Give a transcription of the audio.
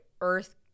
earth